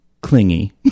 Clingy